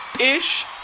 Ish